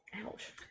Ouch